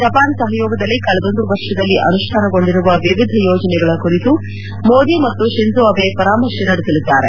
Japan ಸಹಯೋಗದಲ್ಲಿ ಕಳೆದೊಂದು ವರ್ಷದಲ್ಲಿ ಅನುಷ್ತಾನಗೊಂಡಿರುವ ವಿವಧ ಯೋಜನೆಗಳ ಕುರಿತು ಮೋದಿ ಮತ್ತು ಶಿಂಜೋ ಅಬೆ ಪರಾಮರ್ಶೆ ನಡೆಸಲಿದ್ದಾರೆ